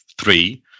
three